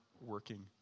working